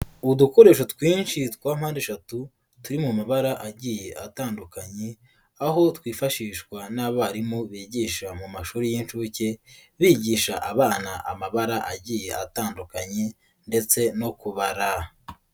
Udukoresho twinshi twampande eshatu turi mu mabara agiye atandukanye, aho twifashishwa n'abarimu bigisha mu mashuri y'incuke bigisha abana amabara agiye atandukanye ndetse no kubara.